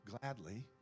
gladly